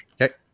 Okay